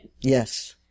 Yes